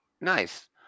Nice